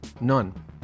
none